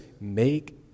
make